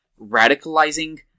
radicalizing